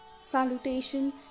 Salutation